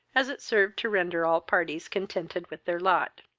as it served to render all parties contented with their lot.